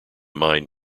mine